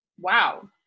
Wow